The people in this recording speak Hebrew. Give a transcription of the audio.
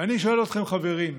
ואני שואל אתכם, חברים: